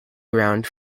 ground